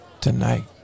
tonight